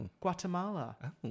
Guatemala